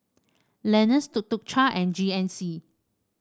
Lenas Tuk Tuk Cha and G N C